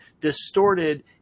distorted